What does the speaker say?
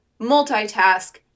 multitask